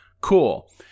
Cool